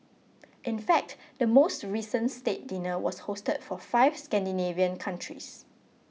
in fact the most recent state dinner was hosted for five Scandinavian countries